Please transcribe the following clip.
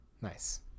Nice